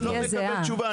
אני לא מקבל תשובה.